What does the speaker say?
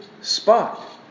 spot